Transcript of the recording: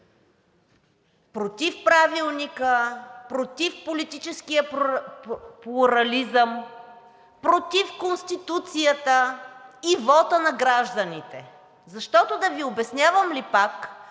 против Правилника, против политическия плурализъм, против Конституцията и вота на гражданите. Защото да Ви обяснявам ли пак,